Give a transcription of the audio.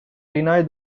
deny